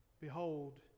behold